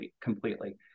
completely